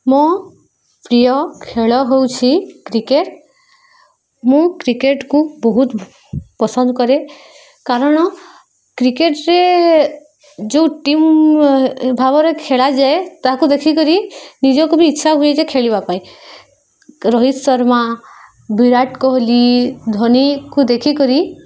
ମୋ ପ୍ରିୟ ଖେଳ ହେଉଛି କ୍ରିକେଟ ମୁଁ କ୍ରିକେଟକୁ ବହୁତ ପସନ୍ଦ କରେ କାରଣ କ୍ରିକେଟରେ ଯେଉଁ ଟିମ୍ ଭାବରେ ଖେଳାଯାଏ ତାହାକୁ ଦେଖିକରି ନିଜକୁ ବି ଇଚ୍ଛା ହୁଏ ଯେ ଖେଳିବା ପାଇଁ ରୋହିତ ଶର୍ମା ବିରାଟ କୋହଲି ଧୋନିକୁ ଦେଖିକରି